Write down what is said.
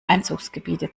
einzugsgebiete